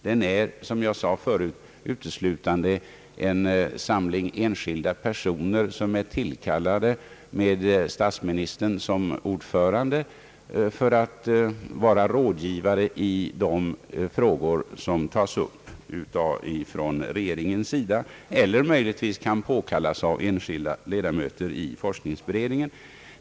Den är, som jag förut sade, uteslutande en samling enskilda personer som är tillkallade med statsministern som ordförande för att vara rådgivare i de frågor, som tas upp av regeringen eller möjligtvis tas upp av enskilda ledamöter i forskningsberedningen.